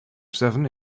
seven